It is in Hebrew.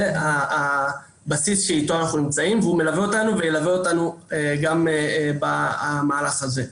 זה הבסיס אתו אנחנו נמצאים וזה מלווה אותנו וילווה אותנו גם במהלך הזה.